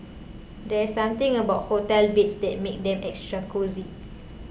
there's something about hotel beds that makes them extra cosy